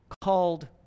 called